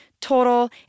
Total